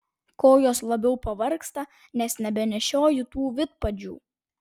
kojos labiau pavargsta nes nebenešioju tų vidpadžių